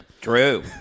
True